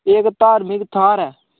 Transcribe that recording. ते एह् इक धार्मिक थाह्र ऐ